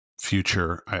future